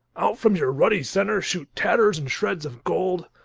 out from your ruddy center shoot tatters and shreds of gold,